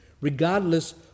regardless